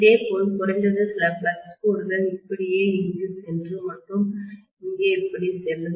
இதேபோல் குறைந்தது சில ஃப்ளக்ஸ் கோடுகள் இப்படியே இங்கு சென்று மற்றும் இங்கே இப்படி செல்லும்